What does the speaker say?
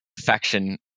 faction